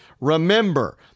Remember